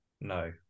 No